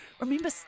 Remember